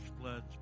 floods